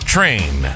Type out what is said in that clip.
Train